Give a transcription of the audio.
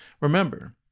Remember